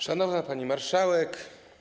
Szanowna Pani Marszałek!